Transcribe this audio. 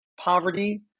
poverty